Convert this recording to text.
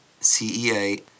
CEA